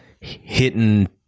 hitting